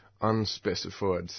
Unspecified